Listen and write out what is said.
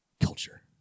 culture